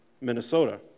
Minnesota